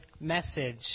message